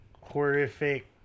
horrific